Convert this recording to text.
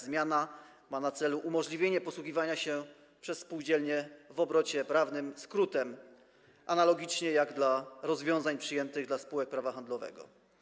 Zmiana ma na celu umożliwienie posługiwania się przez spółdzielnie w obrocie prawnym skrótem, analogicznie do rozwiązań przyjętych dla spółek prawa handlowego.